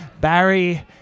Barry